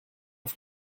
auf